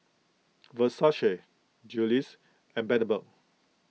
Versace Julie's and Bundaberg